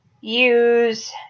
use